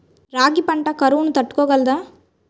రాగి పంట కరువును తట్టుకోగలదా?